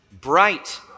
bright